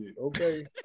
okay